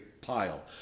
pile